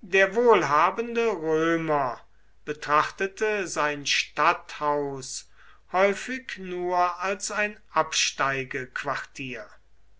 der wohlhabende römer betrachtete sein stadthaus häufig nur als ein